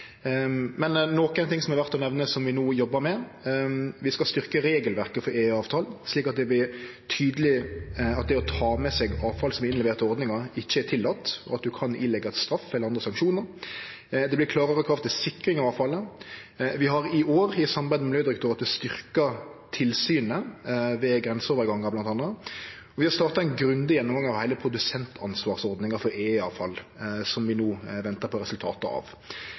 Men noko som er verdt å nemne, og som vi no jobbar med, er at vi skal styrkje regelverket for EE-avfall, slik at det vert tydeleg at det å ta med seg avfall som er innlevert til ordninga, ikkje er tillate, og at ein kan få straff eller andre sanksjonar. Det vert klarare krav til sikring av avfallet. Vi har i år, i samarbeid med Miljødirektoratet, styrkt tilsynet ved grenseovergangane bl.a. Vi har starta ein grundig gjennomgang av heile produsentansvarsordninga for EE-avfall, som vi no ventar på resultatet av.